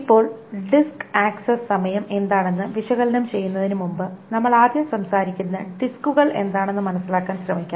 ഇപ്പോൾ disk access സമയം എന്താണെന്ന് വിശകലനം ചെയ്യുന്നതിന് മുമ്പ് നമ്മൾ ആദ്യം സംസാരിക്കുന്ന ഡിസ്കുകൾ എന്താണെന്ന് മനസ്സിലാക്കാൻ ശ്രമിക്കാം